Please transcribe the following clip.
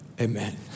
Amen